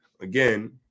again